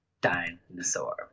Dinosaur